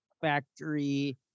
factory